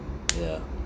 yeah